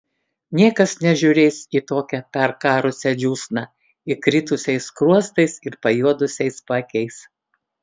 niekas nežiūrės į tokią perkarusią džiūsną įkritusiais skruostais ir pajuodusiais paakiais